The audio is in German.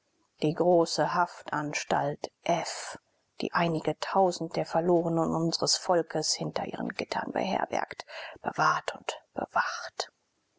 die große strafanstalt f die einige tausende der verlorenen unsres volks hinter ihren gittem beherbergt bewahrt und bewacht